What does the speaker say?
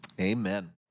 amen